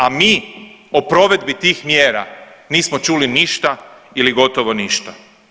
A mi o provedbi tih mjera nismo čuli ništa ili gotovo ništa.